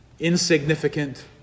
insignificant